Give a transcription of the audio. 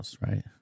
right